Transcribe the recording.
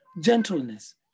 gentleness